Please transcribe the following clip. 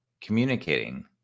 communicating